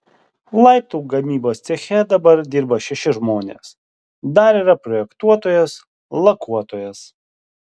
laiptų gamybos ceche dabar dirba šeši žmonės dar yra projektuotojas lakuotojas